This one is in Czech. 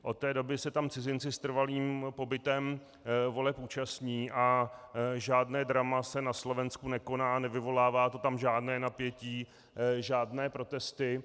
Od té doby se tam cizinci s trvalým pobytem voleb účastní a žádné drama se na Slovensku nekoná, nevyvolává to tam žádné napětí, žádné protesty.